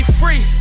free